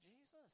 Jesus